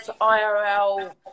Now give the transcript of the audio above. IRL